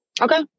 Okay